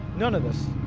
none of this,